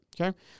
Okay